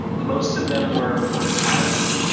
most of them were were pilots,